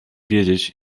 wiedzieć